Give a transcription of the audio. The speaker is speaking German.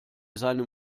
seinem